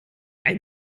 ein